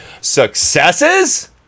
Successes